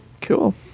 cool